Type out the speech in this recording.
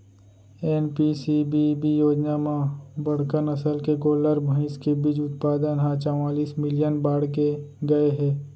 NPCBB योजना म बड़का नसल के गोल्लर, भईंस के बीज उत्पाउन ह चवालिस मिलियन बाड़गे गए हे